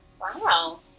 Wow